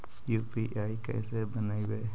UPI कैसे बनइबै?